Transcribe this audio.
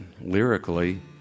lyrically